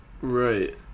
Right